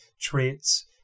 traits